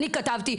אני כתבתי,